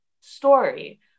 story